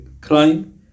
crime